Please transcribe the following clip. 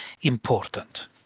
important